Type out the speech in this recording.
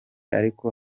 ariko